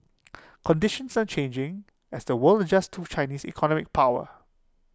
conditions are changing as the world adjusts to Chinese economic power